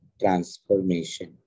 transformation